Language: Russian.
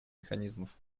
механизмов